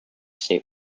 state